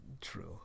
true